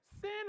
sin